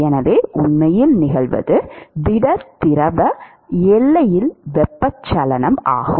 எனவே உண்மையில் நிகழ்வது திட திரவ எல்லையில் வெப்பச்சலனம் ஆகும்